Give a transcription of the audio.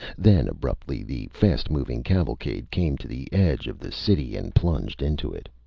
then, abruptly, the fast-moving cavalcade came to the edge of the city and plunged into it.